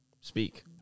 speak